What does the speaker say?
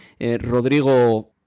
Rodrigo